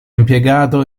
impiegato